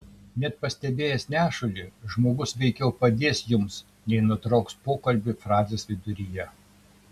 net pastebėjęs nešulį žmogus veikiau padės jums nei nutrauks pokalbį frazės viduryje